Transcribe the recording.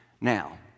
Now